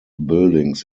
buildings